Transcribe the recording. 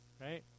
right